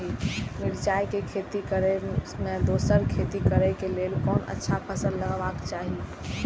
मिरचाई के खेती मे दोसर खेती करे क लेल कोन अच्छा फसल लगवाक चाहिँ?